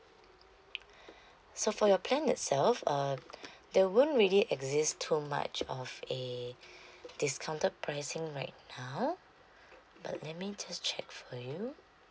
so for your plan itself uh there won't really exist too much of a discounted pricing right now but let me just check for you